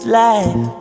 life